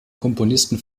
komponisten